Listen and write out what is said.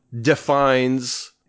defines